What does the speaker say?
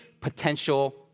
potential